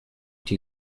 die